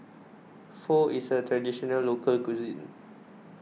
Pho is a Traditional Local Cuisine